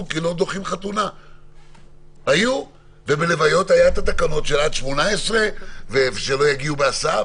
כי לא דוחים חתונהובלוויות היו תקנות של עד 18 ושלא יגיעו בהסעה,